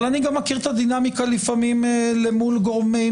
אבל אני מכיר את הדינמיקה לפעמים מול גורמים